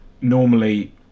normally